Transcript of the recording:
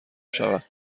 شود